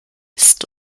ist